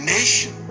nation